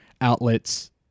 outlets